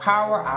Power